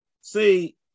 See